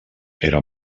era